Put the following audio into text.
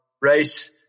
race